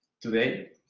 today